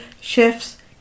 Chefs